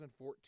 2014